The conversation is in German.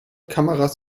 kameras